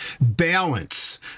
balance